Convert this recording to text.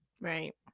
Right